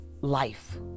life